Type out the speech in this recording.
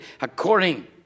according